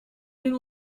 den